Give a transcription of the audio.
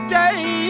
day